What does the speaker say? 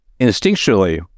instinctually